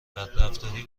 بدرفتاری